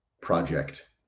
project